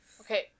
Okay